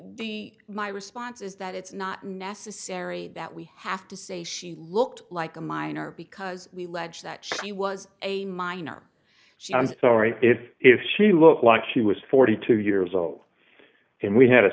the my response is that it's not necessary that we have to say she looked like a minor because we left that she was a minor she i'm sorry if if she looked like she was forty two years old and we had a